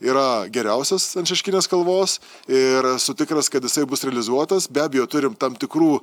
yra geriausias ant šeškinės kalvos ir esu tikras kad jisai bus realizuotas be abejo turim tam tikrų